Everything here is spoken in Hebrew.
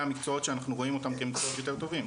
המקצועות שאנחנו רואים אותם יותר טובים,